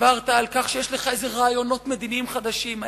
דיברת על כך שיש לך רעיונות מדיניים חדשים כלשהם.